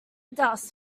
dust